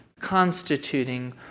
constituting